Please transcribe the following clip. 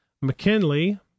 McKinley